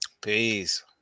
peace